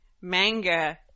manga